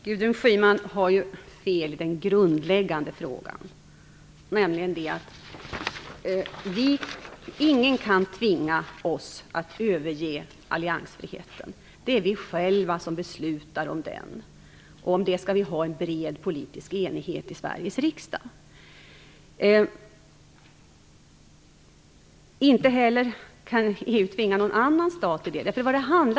Fru talman! Gudrun Schyman har fel i den grundläggande frågan, nämligen när det gäller att ingen kan tvinga oss att överge alliansfriheten. Det är vi själva som beslutar om den. Om det skall vi ha en bred politisk enighet i Sveriges riksdag. Inte heller kan EU tvinga någon annan stat till det.